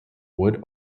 wood